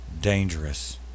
dangerous